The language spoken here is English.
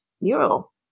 mural